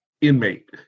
inmate